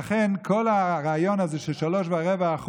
ולכן, כל הרעיון הזה של 3.25%